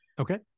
okay